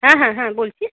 হ্যাঁ হ্যাঁ হ্যাঁ বলছি